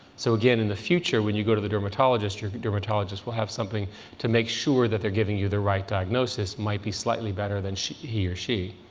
so, again, in the future, when you go to the dermatologist, your dermatologist will have something to make sure that they're giving you the right diagnosis. might be slightly better than he or she.